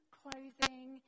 clothing